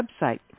website